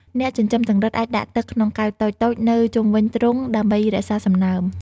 អ្នកចិញ្ចឹមចង្រិតអាចដាក់ទឹកក្នុងកែវតូចៗនៅជុំវិញទ្រុងដើម្បីរក្សាសំណើម។